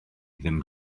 ddim